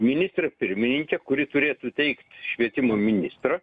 ministrė pirmininkė kuri turėtų teikt švietimo ministrą